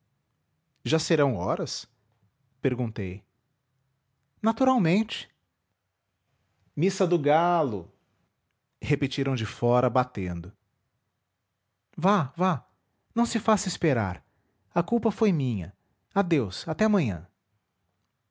já serão horas perguntei naturalmente missa do galo repetiram de fora batendo vá vá não se faça esperar a culpa foi minha adeus até amanhã